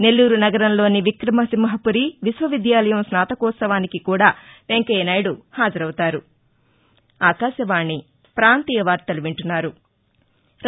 నెల్లూరు నగరంలోని విక్రమసింహపురి విశ్వవిద్యాలయం స్నాతకోత్సవానికి కూడా వెంకయ్యనాయుడు హాజరవుతారు